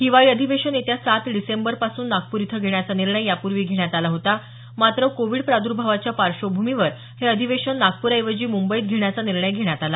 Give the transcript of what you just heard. हिवाळी अधिवेशन येत्या सात डिसेंबर पासून नागपूर इथं घेण्याचा निर्णय यापूर्वी घेण्यात आला होता मात्र कोविड प्राद्र्भावाच्या पार्श्वभूमीवर हे अधिवेशन नागपूरऐवजी मुंबईत घेण्याचा निर्णय घेण्यात आला